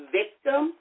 victim